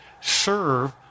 Serve